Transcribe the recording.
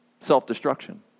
Self-destruction